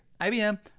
IBM